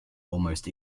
almost